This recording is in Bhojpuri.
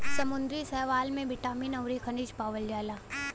समुंदरी शैवाल में बिटामिन अउरी खनिज पावल जाला